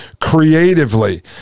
creatively